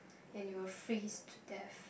and you will freeze death